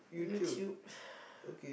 YouTube